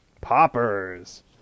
poppers